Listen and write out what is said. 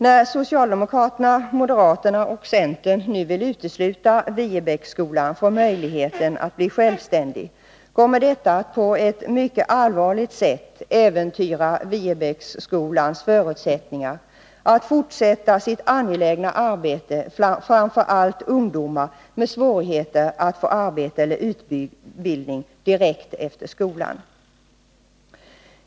När socialdemokraterna, moderaterna och centern nu vill utesluta Viebäcksskolan från möjligheten att bli självständig, kommer detta att på ett mycket allvarligt sätt äventyra Viebäcksskolans förutsättningar att fortsätta sitt angelägna arbete bland framför allt ungdomar med svårigheter att få arbete eller utbildning direkt efter grundskolan.